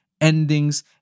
endings